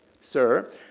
sir